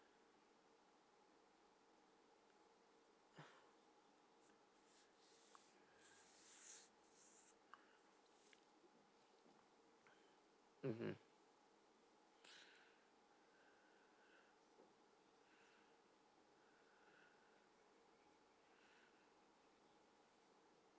mmhmm